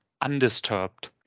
undisturbed